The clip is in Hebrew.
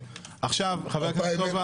עכשיו, חבר הכנסת סובה.